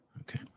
Okay